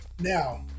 Now